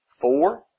Four